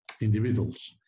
individuals